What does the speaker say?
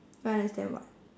don't understand what